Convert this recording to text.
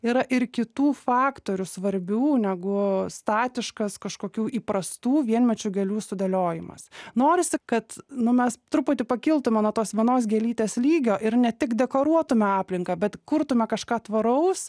yra ir kitų faktorių svarbių negu statiškas kažkokių įprastų vienmečių gėlių sudėliojimas norisi kad nu mes truputį pakiltume nuo tos vienos gėlytės lygio ir ne tik deklaruotume aplinką bet kurtume kažką tvaraus